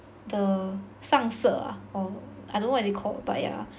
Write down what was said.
the 上色 ah or I don't know what is it called but yeah